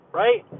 right